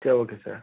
சரி okay sir